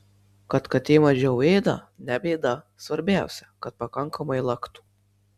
kad katė mažiau ėda ne bėda svarbiausia kad pakankamai laktų